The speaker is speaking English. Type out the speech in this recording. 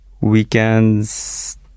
Weekends